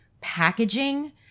packaging